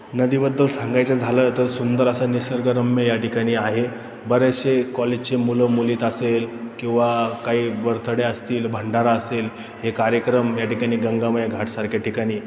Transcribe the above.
नदीबद्दल सांगायचं झालं तर सुंदर असं निसर्गरम्य या ठिकाणी आहे बरेचसे कॉलेजचे मुलं मुली असेल किंवा काही बर्थडे असतील भंडारा असेल हे कार्यक्रम या ठिकाणी गंगामय घाटसारख्या ठिकाणी